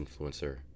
influencer